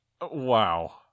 Wow